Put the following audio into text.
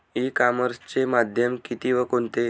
E कॉमर्सचे माध्यम किती व कोणते?